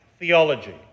theology